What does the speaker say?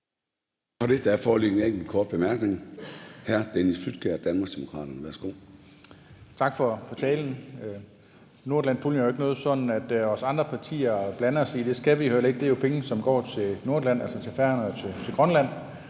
for det. Der er foreløbig en enkelt kort bemærkning. Hr. Dennis Flydtkjær, Danmarksdemokraterne. Værsgo. Kl. 15:57 Dennis Flydtkjær (DD): Tak for talen. Nordatlantpuljen er jo ikke noget, som vi andre partier blander os i. Det skal vi heller ikke; det er jo penge, som går til Nordatlanten, altså til Færøerne og til Grønland.